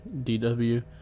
DW